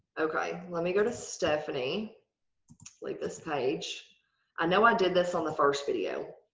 okay! let me go to stephanie like this page i know i did this on the first video.